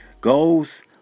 goals